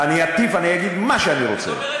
אני אטיף, אני אגיד מה שאני רוצה.